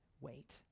wait